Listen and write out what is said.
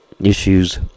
issues